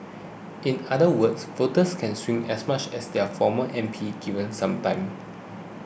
in other words voters can swing as much as their former M P given some time